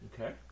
Okay